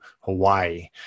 Hawaii